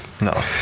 No